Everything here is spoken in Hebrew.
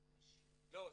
150. לא,